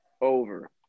Over